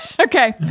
Okay